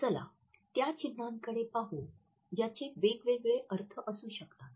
चला त्या चिन्हांकडे पाहू ज्याचे वेगवेगळे अर्थ असू शकतात